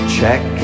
Check